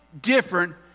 different